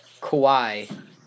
Kawhi